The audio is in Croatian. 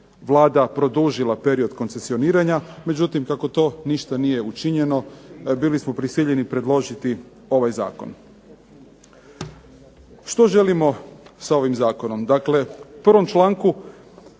Vlada produžila period koncesioniranja. Međutim, kako to ništa nije učinjeno bili smo prisiljeni predložiti ovaj zakon. Što želimo sa ovim zakonom? Dakle, u prvom članku